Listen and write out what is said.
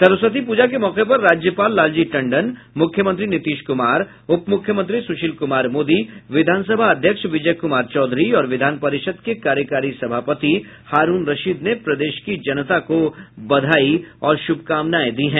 सरस्वती पूजा के मौके पर राज्यपाल लालजी टंडन मुख्यमंत्री नीतीश कुमार उप मुख्यमंत्री सुशील कुमार मोदी विधानसभा अध्यक्ष विजय कुमार चौधरी और विधान परिषद के कार्यकारी सभापति हारूण रशीद ने प्रदेश की जनता को बधाई और शुभकामनायें दी हैं